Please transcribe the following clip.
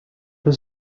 was